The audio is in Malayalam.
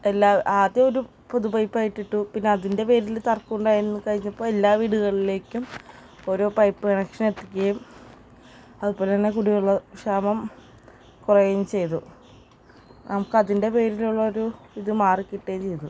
എല്ലാ ആദ്യം ഒരു പൊതു പൈപ്പായി ഇട്ടിട്ടു പിന്നെ അതിൻ്റെ പേരിൽ തർക്കമുണ്ടായിരുന്നു കഴിഞ്ഞപ്പോൾ എല്ലാ വീടുകളിലേക്കും ഓരോ പൈപ്പ് കണക്ഷൻ എത്തിക്കുകയും അതുപോലെ തന്നെ കുടിവെള്ള ക്ഷാമം കുറയുകയും ചെയ്തു നമുക്ക് അതിൻ്റെ പേരിലുള്ള ഒരു ഇത് മാറി കിട്ടുകയും ചെയ്തു